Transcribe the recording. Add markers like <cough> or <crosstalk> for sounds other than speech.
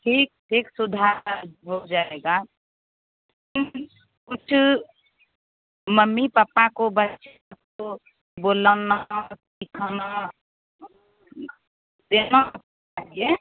ठीक ठीक सुधार हो जाएगा उस मम्मी पापा को बच्चे <unintelligible> को बोलना सिखना देना चाहिए